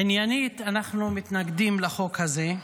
עניינית אנחנו מתנגדים לחוק הזה,